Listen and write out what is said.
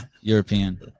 European